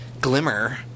Glimmer